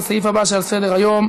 לסעיף הבא שעל סדר-היום: